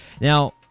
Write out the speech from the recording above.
Now